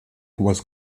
was